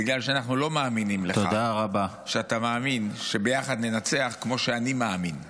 בגלל שאנחנו לא מאמינים לך שאתה מאמין שביחד ננצח כמו שאני מאמין.